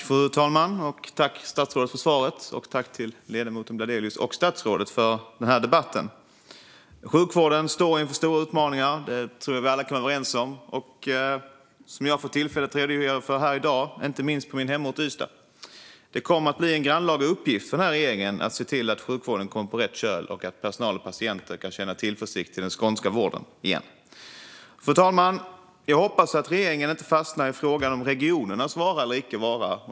Fru talman! Tack, statsrådet, för svaret! Tack också till ledamoten Bladelius och till statsrådet för den här debatten! Sjukvården står inför stora utmaningar; det tror jag att vi alla kan vara överens om. Som jag har fått tillfälle att redogöra för här i dag gäller detta inte minst på min hemort Ystad. Det kommer att bli en grannlaga uppgift för regeringen att se till att sjukvården kommer på rätt köl och att personal och patienter kan känna tillförsikt till den skånska vården igen. Fru talman! Jag hoppas att regeringen inte fastnar i frågan om regionernas vara eller icke vara.